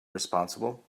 responsible